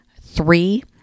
Three